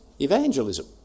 evangelism